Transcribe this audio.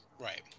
Right